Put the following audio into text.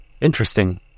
interesting